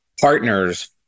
partners